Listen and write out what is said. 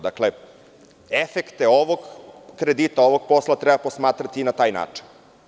Dakle, efekte ovog kredita ovog posla treba posmatrati na taj način.